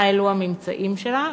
מה העלו הממצאים שלה?